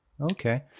Okay